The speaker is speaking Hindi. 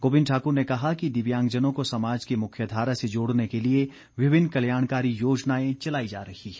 गोबिंद ठाकुर ने कहा कि दिव्यांगजनों को समाज की मुख्यधारा से जोड़ने के लिए विभिन्न कल्याणकारी योजनाएं चलाई जा रही है